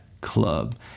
club